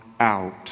out